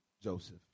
Joseph